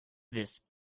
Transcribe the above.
this